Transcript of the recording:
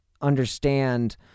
understand